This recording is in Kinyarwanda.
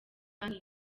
banki